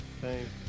Thanks